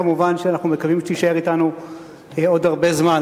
כמובן שאנחנו מקווים שתישאר אתנו עוד הרבה זמן.